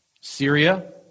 Syria